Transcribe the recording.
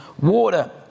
water